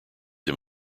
him